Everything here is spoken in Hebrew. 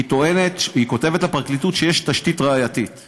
היא כותבת לפרקליטות שיש תשתית ראייתית